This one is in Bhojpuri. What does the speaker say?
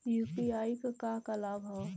यू.पी.आई क का का लाभ हव?